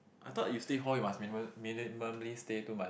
I thought you stay hall you must minimum minimally stay two month